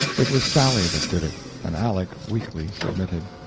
it was sally that did it, and aleck weakly submitted.